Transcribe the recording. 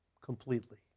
completely